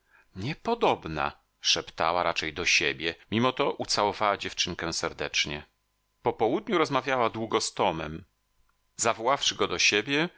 swoją niepodobna szeptała raczej do siebie mimo to ucałowała dziewczynkę serdecznie po południu rozmawiała długo z tomem zawoławszy go do siebie